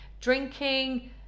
Drinking